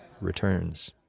returns